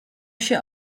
się